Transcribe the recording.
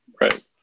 right